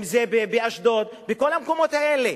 אם באשדוד ובכל המקומות האלה.